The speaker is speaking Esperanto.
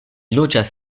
loĝas